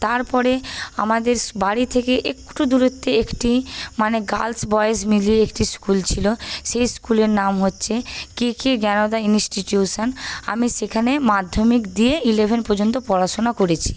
তারপরে আমাদের বাড়ি থেকে একটু দূরত্বে একটি মানে গার্লস বয়েস মিলিয়ে একটি স্কুল ছিল সেই স্কুলের নাম হচ্ছে কে কে জ্ঞানদা ইন্সটিটিউশন আমি সেখানে মাধ্যমিক দিয়ে ইলেভেন পর্যন্ত পড়াশুনা করেছি